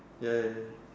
ya ya ya